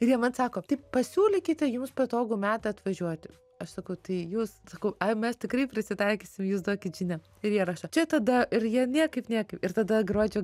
ir jie man sako tai pasiūlykite jums patogų metą atvažiuoti aš sakau tai jūs sakau ai mes tikrai prisitaikysim jūs duokit žinią ir jie rašo čia tada ir jie niekaip niekaip ir tada gruodžio